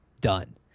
done